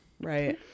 Right